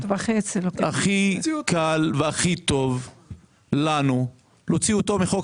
הכי קל והכי טוב לנו להוציא אותו מחוק